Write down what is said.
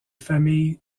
familles